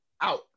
out